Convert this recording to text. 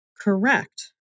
Correct